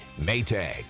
Maytag